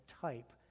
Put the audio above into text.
type